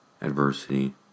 adversity